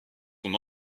son